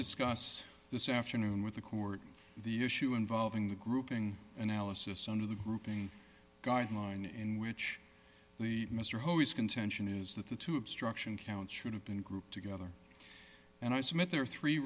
discuss this afternoon with the court the issue involving the grouping analysis under the grouping guideline in which the mr ho is contention is that the two obstruction count should have been grouped together and i submit there are three